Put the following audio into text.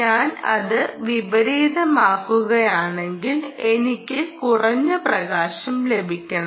ഞാൻ അത് വിപരീതമാക്കുകയാണെങ്കിൽ എനിക്ക് കുറഞ്ഞ പ്രകാശം ലഭിക്കണം